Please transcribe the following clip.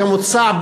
כמוצע,